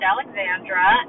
Alexandra